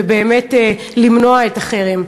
ובאמת למנוע את החרם.